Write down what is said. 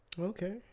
okay